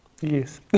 Yes